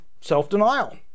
self-denial